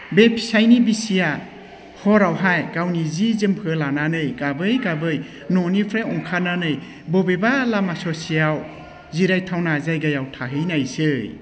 बे फिसायनि बिसिया हरावहाय गावनि जि जोमफोर लानानै गाबै गाबै न'निफ्राय ओंखारनानै बबेबा लामा स'सेयाव जिरायथावना जायगायाव थाहैनायसै